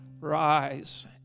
rise